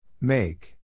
Make